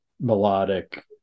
melodic